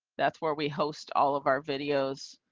that's where we host all of our videos.